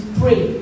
pray